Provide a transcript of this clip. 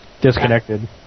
disconnected